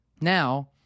Now